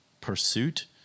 pursuit